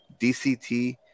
DCT